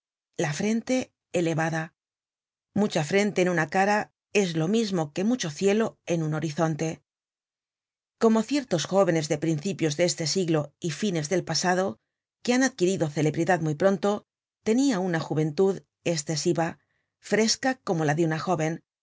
la frente elevada mucha frente en una cara es lo mismo que mucho cielo en un horizonte como ciertos jóvenes de principios de este siglo y fines del pasado que han adquirido celebridad muy pronto tenia una juventud escesiva fresca como la de una joven